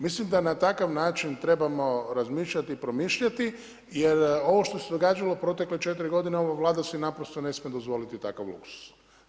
Mislim da na takav način trebamo razmišljati i promišljati, jer ovo što se događalo u protekle 4 g. ova Vlada si naprosto ne smije dozvoliti takav luksuz.